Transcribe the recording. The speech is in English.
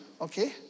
Okay